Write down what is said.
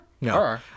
No